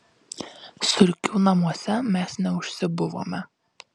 surkių namuose mes neužsibuvome